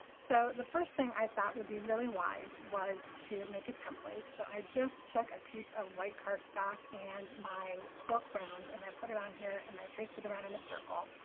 so the first thing i thought would be really wise was to make a template. so i just took a piece of white cardstock and my cork round and i put it on here and i traced it around in a circle.